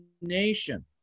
nation